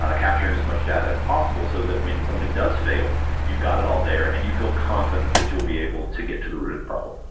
ah capturing as much data as possible so that when something does fail you've got it all there and you feel confident that you'll be able to get to the root of the problem